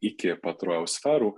iki pat rojaus sferų